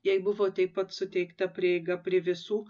jai buvo taip pat suteikta prieiga prie visų